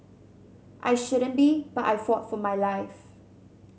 I shouldn't be but I fought for my life